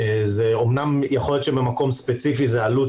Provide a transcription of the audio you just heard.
אמנם יכול להיות שבמקום ספציפי זה עלות